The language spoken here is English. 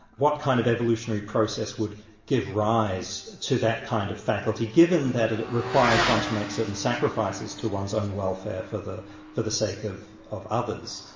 what kind of evolutionary process would give rise to that kind of faculty, given that it it requires one to make certain sacrifices to one's own welfare for the for the sake of of others?